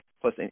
plus